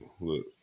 look